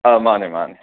ꯑꯥ ꯃꯥꯅꯦ ꯃꯥꯅꯦ